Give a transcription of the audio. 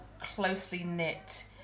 closely-knit